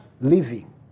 living